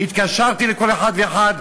התקשרתי לכל אחד ואחד,